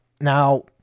Now